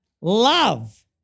love